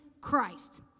Christ